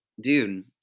dude